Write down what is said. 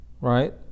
right